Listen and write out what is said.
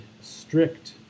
strict